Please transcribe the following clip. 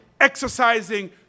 exercising